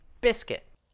biscuit